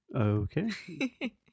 Okay